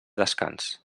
descans